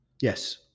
Yes